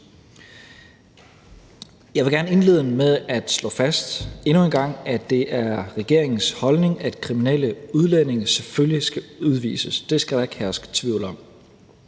Jeg vil gerne indlede med at slå fast endnu en gang, at det er regeringens holdning, at kriminelle udlændinge selvfølgelig skal udvises – det skal der ikke herske tvivl om